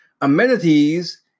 Amenities